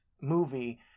movie